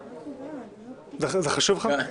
זה חשוב לך?